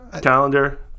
calendar